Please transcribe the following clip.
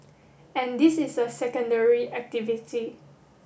and this is a secondary activity